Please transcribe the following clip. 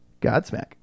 Godsmack